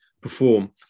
perform